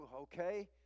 okay